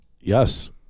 Yes